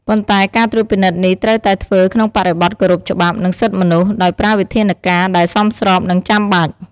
ប៉ុន្តែការត្រួតពិនិត្យនេះត្រូវតែធ្វើក្នុងបរិបទគោរពច្បាប់ និងសិទ្ធិមនុស្ស ដោយប្រើវិធានការដែលសមស្រប និងចាំបាច់។